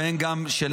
ובהם גם אנחנו,